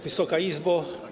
Wysoka Izbo!